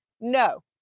No